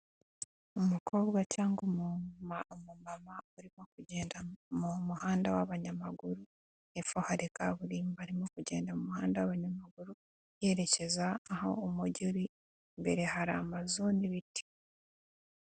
Umukobwa cyangwa umumama urimo kugenda mu muhanda w'abanyamaguru, hepfo hari kaburimbo arimo kugenda mu muhanda w'abanyamaguru, yerekeza aho umujyi uri, imbere hari amazu n'ibiti.